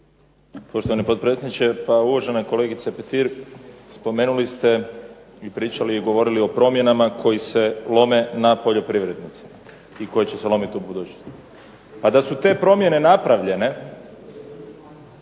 Poštovani potpredsjedniče. Pa uvažena kolegice Petir spomenuli ste i pričali i govorili o promjenama koje se lome na poljoprivrednicima i koji će se lomiti i u budućnosti. Pa da su te promjene napravljene